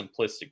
simplistic